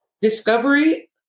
Discovery